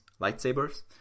lightsabers